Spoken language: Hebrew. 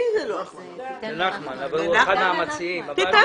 אתה אחד המציעים.